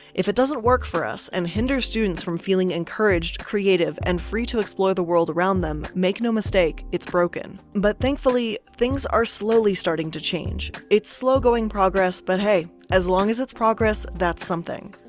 if it doesn't work for us and hinder students from feeling encouraged, creative and free to explore the world around them, make no mistake it's broken. but thankfully things are slowly starting to change. it's slow going progress but hey, as long as it's progress, that's something.